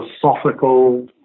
philosophical